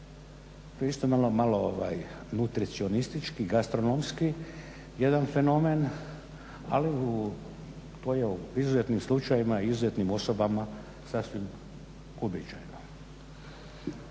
To je isto nama malo nutricionistički, gastronomski jedan fenomen ali to je u izuzetnim slučajevima i izuzetnim osobama sasvim uobičajeno.